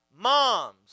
moms